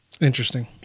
Interesting